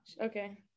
okay